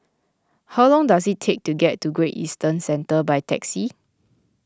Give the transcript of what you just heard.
how long does it take to get to Great Eastern Centre by taxi